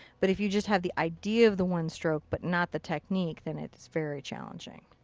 but if you just had the idea of the one stroke but not the technique then it's very challenging.